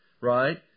right